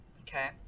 Okay